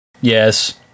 yes